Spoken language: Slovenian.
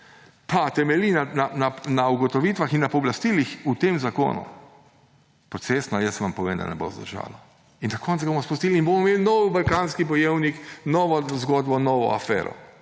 pa temelji na ugotovitvah in na pooblastilih v tem zakonu, procesno, jaz vam povem, da ne bo zdržalo. In na koncu ga bomo izpustili in bomo imeli novega Balkanskega bojevnika, novo zgodbo, novo afero.